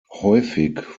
häufig